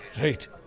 Right